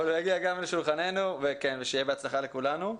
אבל הוא יגיע גם לשולחננו ושיהיה בהצלחה לכולנו.